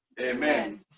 Amen